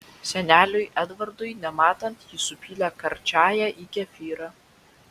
seneliui edvardui nematant ji supylė karčiąją į kefyrą